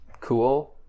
cool